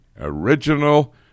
original